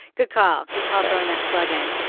good call good call on that plug in.